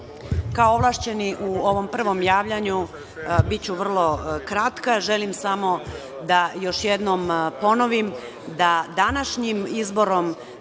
ovlašćeni u ovom prvom javljanju biću vrlo kratka. Želim samo još jednom da ponovim da današnjim izborom